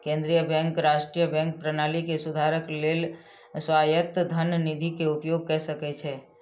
केंद्रीय बैंक राष्ट्रीय बैंक प्रणाली के सुधारक लेल स्वायत्त धन निधि के उपयोग कय सकै छै